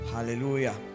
Hallelujah